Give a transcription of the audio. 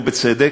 ובצדק,